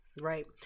right